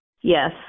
Yes